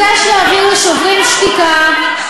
ביקש להעביר ל"שוברים שתיקה"